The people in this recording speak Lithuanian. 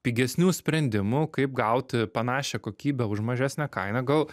pigesnių sprendimų kaip gauti panašią kokybę už mažesnę kainą gal